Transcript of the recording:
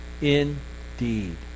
indeed